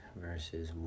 verses